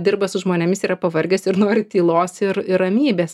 dirba su žmonėmis yra pavargęs ir nori tylos ir ir ramybės